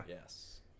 yes